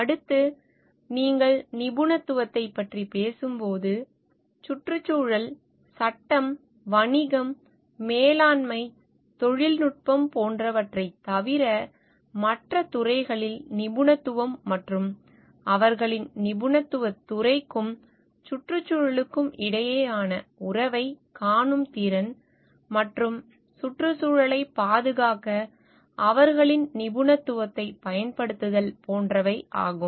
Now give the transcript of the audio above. அடுத்து நீங்கள் நிபுணத்துவத்தைப் பற்றி பேசும்போது சுற்றுச்சூழல் சட்டம் வணிகம் மேலாண்மை தொழில்நுட்பம் போன்றவற்றைத் தவிர மற்ற துறைகளில் நிபுணத்துவம் மற்றும் அவர்களின் நிபுணத்துவத் துறைக்கும் சுற்றுச்சூழலுக்கும் இடையிலான உறவைக் காணும் திறன் மற்றும் சுற்றுச்சூழலைப் பாதுகாக்க அவர்களின் நிபுணத்துவத்தைப் பயன்படுத்துதல் போன்றவை ஆகும்